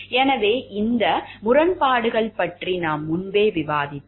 எனவே இந்த வட்டி முரண்பாடுகள் பற்றி நாம் முன்பே விவாதித்தோம்